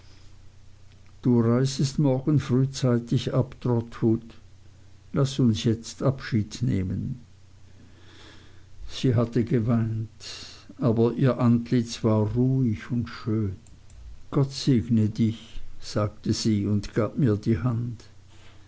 du reisest morgen frühzeitig ab trotwood laß uns jetzt abschied nehmen sie hatte geweint aber ihr antlitz war jetzt ruhig und schön gott segne dich sagte sie und gab mir die hand